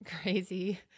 crazy